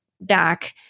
back